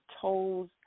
toes